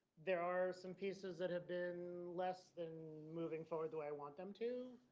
there are some pieces that have been less than moving forward the way i want them to.